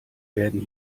werden